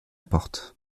porte